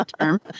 term